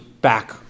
back